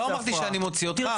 לא אמרתי שאני מוציא אותך,